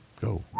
Go